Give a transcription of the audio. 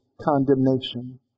condemnation